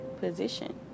position